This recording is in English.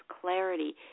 clarity